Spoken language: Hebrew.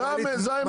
זו האמת.